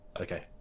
Okay